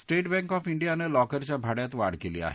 state Bank of डियानं लॉकरच्या भाड्यात वाढ केली आहे